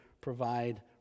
provide